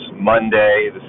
Monday